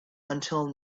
until